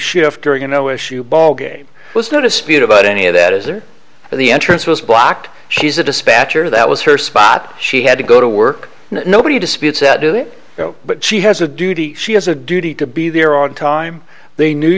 shift during a no issue ballgame was no dispute about any of that is there at the entrance was blocked she's a dispatcher that was her spot she had to go to work nobody disputes that do it but she has a duty she has a duty to be there on time they knew